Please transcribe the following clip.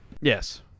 Yes